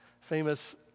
famous